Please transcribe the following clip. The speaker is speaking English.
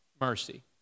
mercy